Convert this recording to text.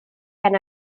gan